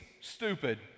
stupid